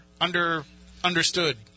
under-understood –